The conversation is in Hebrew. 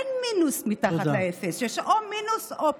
אין מינוס מתחת לאפס, יש או מינוס או פלוס.